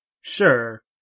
Sure